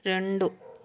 రెండు